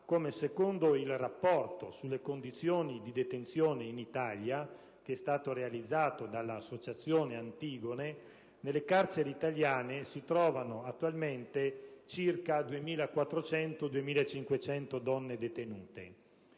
come, secondo il rapporto sulle condizioni di detenzione in Italia realizzato dell'associazione «Antigone», nelle carceri italiane si trovino attualmente circa 2.400-2.500 donne detenute.